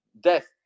death